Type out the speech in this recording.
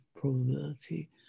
probability